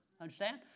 Understand